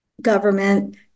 government